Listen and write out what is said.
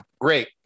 Great